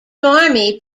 army